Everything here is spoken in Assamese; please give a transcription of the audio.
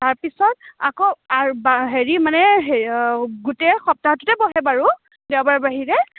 তাৰপিছত আকৌ হেৰি মানে গোটেই সপ্তাহটোতে বহে বাৰু দেওবাৰৰ বাহিৰে